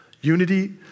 Unity